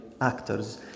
actors